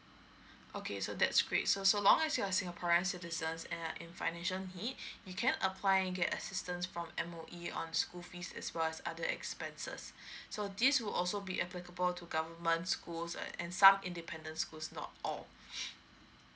okay so that's great so as long as you are singaporean citizens and err in financial need you can apply and get assistance from M_O_E on school fees as well as other expenses so this will also be applicable to government schools and some independence school not all